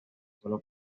sólo